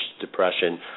depression